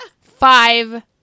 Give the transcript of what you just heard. Five